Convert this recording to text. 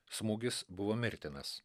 smūgis buvo mirtinas